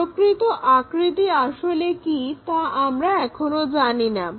প্রকৃত আকৃতি আসলে কি তা আমরা এখনো জানিনা